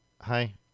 Hi